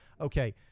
Okay